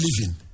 living